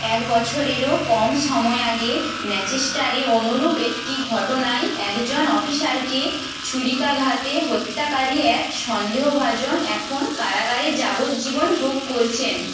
এক বছরেরও কম সময় আগে ম্যানচেস্টারে অনুরূপ একটি ঘটনায় একজন অফিসারকে ছুরিকাঘাতে হত্যাকারী এক সন্দেহভাজন এখন কারাগারে যাবজ্জীবন ভোগ করছেন